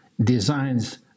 designs